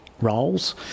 roles